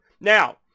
Now